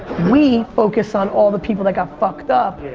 we focus on all the people that got fucked up,